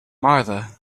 marthe